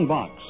Box